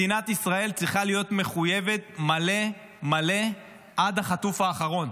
מדינת ישראל צריכה להיות מחויבת מלא מלא עד החטוף האחרון.